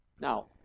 Now